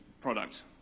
product